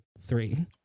three